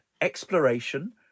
exploration